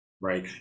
Right